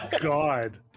god